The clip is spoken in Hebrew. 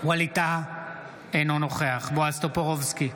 ווליד טאהא, אינו נוכח בועז טופורובסקי,